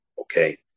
Okay